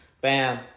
bam